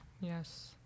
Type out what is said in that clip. Yes